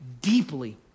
deeply